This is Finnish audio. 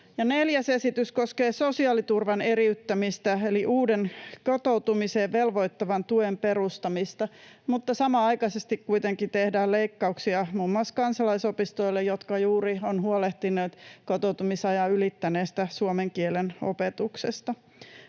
Neljäs esitys koskee sosiaaliturvan eriyttämistä eli uuden kotoutumiseen velvoittavan tuen perustamista, mutta samanaikaisesti kuitenkin tehdään leikkauksia muun muassa kansalaisopistoille, jotka juuri ovat huolehtineet kotoutumisajan ylittäneestä suomen kielen opetuksesta.